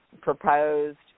proposed